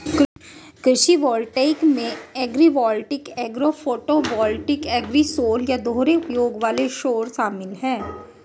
कृषि वोल्टेइक में agrivoltaic agro photovoltaic agrisol या दोहरे उपयोग वाले सौर शामिल है